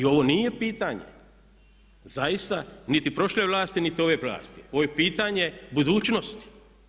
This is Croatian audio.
Ovo nije pitanje zaista niti prošle vlasti niti ove vlasti, ovo je pitanje budućnosti.